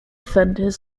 fenders